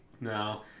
No